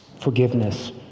Forgiveness